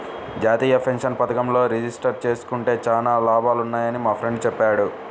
జాతీయ పెన్షన్ పథకంలో రిజిస్టర్ జేసుకుంటే చానా లాభాలున్నయ్యని మా ఫ్రెండు చెప్పాడు